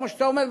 כמו שאתה אומר,